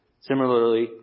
Similarly